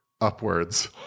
upwards